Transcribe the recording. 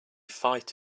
fight